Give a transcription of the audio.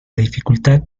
dificultad